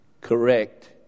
correct